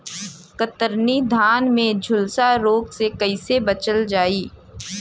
कतरनी धान में झुलसा रोग से कइसे बचल जाई?